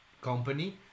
company